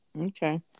Okay